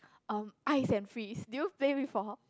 um ice and freeze do you play before